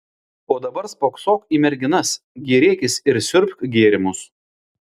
o dabar spoksok į merginas gėrėkis ir siurbk gėrimus